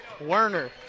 Werner